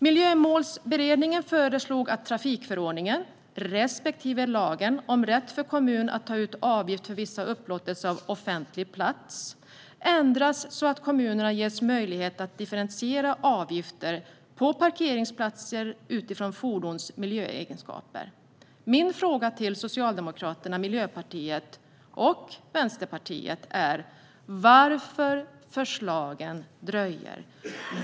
Miljömålsberedningen föreslog att trafikförordningen respektive lagen om rätt för kommun att ta ut avgift för vissa upplåtelser av offentlig plats ändras så att kommunerna ges möjlighet att differentiera avgifter på parkeringsplatser utifrån fordons miljöegenskaper. Min fråga till Socialdemokraterna, Miljöpartiet och Vänsterpartiet är varför förslagen dröjer.